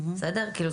כאילו,